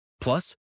Plus